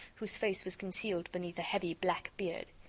whose face was concealed beneath a heavy black beard.